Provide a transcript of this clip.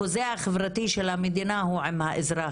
החוזה החברתי של המדינה הוא עם האזרח,